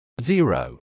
Zero